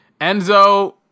Enzo